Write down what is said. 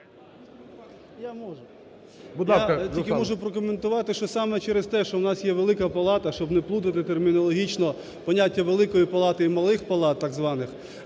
можу прокоментувати, що саме через те, що у нас є велика палата, щоб не плутати термінологічно поняття "великої палати" і "малих палат" так званих,